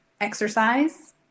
Exercise